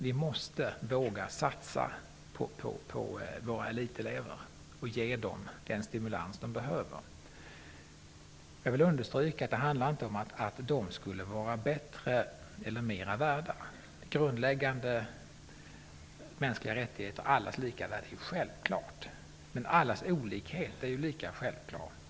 Vi måste våga satsa på våra elitelever och ge dem den stimulans de behöver. Jag vill understryka att det inte handlar om att de skulle vara bättre eller mer värda. Det är ju självklart att vi hävdar grundläggande mänskliga rättigheter och allas lika värde. Men allas olikhet är ju lika självklar.